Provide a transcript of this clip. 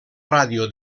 ràdio